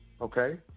Okay